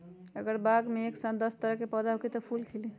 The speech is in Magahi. अगर बाग मे एक साथ दस तरह के पौधा होखि त का फुल खिली?